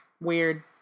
weird